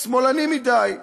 שמאלני מדי,